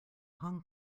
hong